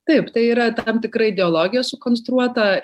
taip tai yra tam tikra ideologija sukonstruota